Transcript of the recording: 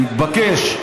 מתבקש,